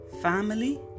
family